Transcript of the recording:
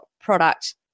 product